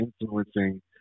influencing